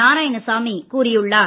நாராயணசாமி கூறியுள்ளார்